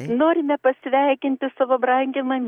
norime pasveikinti savo brangią